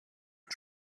und